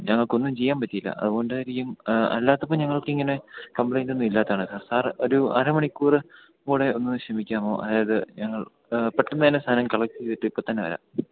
ഞങ്ങള്ക്കൊന്നും ചെയ്യാൻ പറ്റിയില്ല അതുകൊണ്ടായിരിക്കും അല്ലാത്തപ്പോള് ഞങ്ങൾക്കിങ്ങനെ കംപ്ലെയിൻറ്റൊന്നും ഇല്ലാത്തതാണ് സാർ സാര് ഒരു അരമണിക്കൂര് കൂടെയൊന്ന് ക്ഷമിക്കാമോ അതായത് ഞങ്ങൾ പെട്ടെന്നുതന്നെ സാധനം കളക്ട് ചെയ്തിട്ട് ഇപ്പോള് തന്നെ വരാം